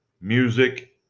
music